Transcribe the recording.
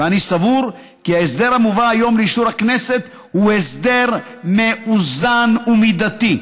ואני סבור כי ההסדר המובא היום לאישור הכנסת הוא הסדר מאוזן ומידתי.